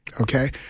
Okay